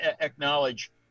acknowledge